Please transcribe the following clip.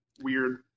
weird